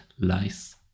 lies